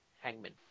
hangman